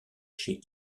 chez